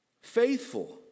Faithful